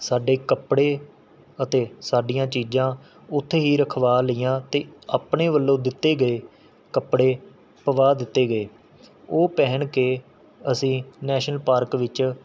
ਸਾਡੇ ਕੱਪੜੇ ਅਤੇ ਸਾਡੀਆਂ ਚੀਜ਼ਾਂ ਉੱਥੇ ਹੀ ਰੱਖਵਾ ਲਈਆਂ ਅਤੇ ਆਪਣੇ ਵੱਲੋਂ ਦਿੱਤੇ ਗਏ ਕੱਪੜੇ ਪਵਾ ਦਿੱਤੇ ਗਏ ਉਹ ਪਹਿਨ ਕੇ ਅਸੀਂ ਨੈਸ਼ਨਲ ਪਾਰਕ ਵਿੱਚ